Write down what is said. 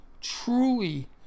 truly